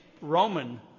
Roman